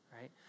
Right